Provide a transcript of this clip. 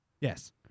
Yes